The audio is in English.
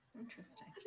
Interesting